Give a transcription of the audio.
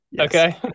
okay